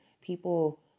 People